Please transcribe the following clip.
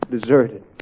deserted